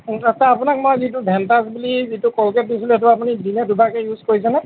আচ্ছা আপোনাক মই যিটো ভেল্টাচ বুলি যিটো কলগেট দিছিলোঁ সেইটো আপুনি দিনত দুবাৰকে ইউজ কৰিছেনে